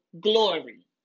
glory